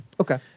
Okay